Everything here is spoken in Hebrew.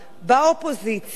באופוזיציה,